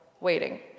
Waiting